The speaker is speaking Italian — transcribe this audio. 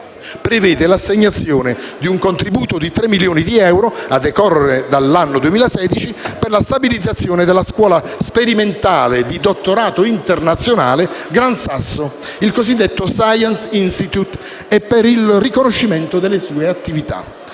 prevede l'assegnazione di un contributo di 3 milioni di euro a decorrere dall'anno 2016, per la stabilizzazione della Scuola sperimentale di dottorato internazionale Gran Sasso Science Institute e il riconoscimento delle sue attività.